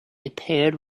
appeared